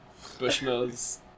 Bushmills